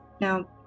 now